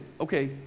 Okay